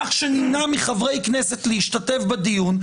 כך שנמנע מחברי כנסת להשתתף בדיון,